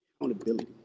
accountability